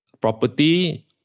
Property